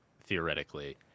theoretically